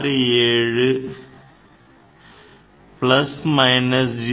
67 plus minus 0